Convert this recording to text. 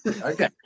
Okay